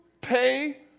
pay